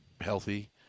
healthy